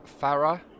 Farah